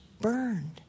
burned